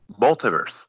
multiverse